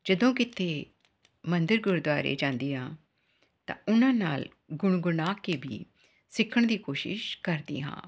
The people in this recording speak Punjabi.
ਜਦੋਂ ਕਿਤੇ ਮੰਦਰ ਗੁਰਦੁਆਰੇ ਜਾਂਦੀ ਹਾਂ ਤਾਂ ਉਨ੍ਹਾਂ ਨਾਲ ਗੁਣ ਗੁਣਾ ਕੇ ਵੀ ਸਿੱਖਣ ਦੀ ਕੋਸ਼ਿਸ਼ ਕਰਦੀ ਹਾਂ